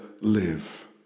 live